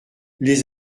les